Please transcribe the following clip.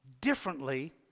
differently